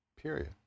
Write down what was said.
Period